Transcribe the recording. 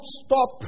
stop